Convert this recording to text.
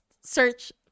search